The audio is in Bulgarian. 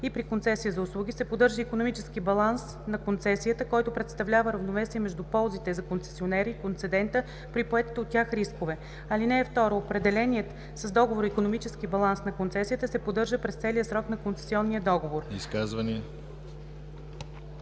и при концесия за услуги се поддържа икономически баланс на концесията, който представлява равновесие между ползите за концесионера и концедента при поетите от тях рискове. (2) Определеният с договора икономически баланс на концесията се поддържа през целия срок на концесионния договор.“